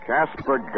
Casper